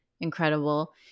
incredible